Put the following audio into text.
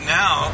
now